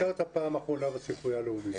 מתי ביקרת בפעם האחרונה בספרייה הלאומית?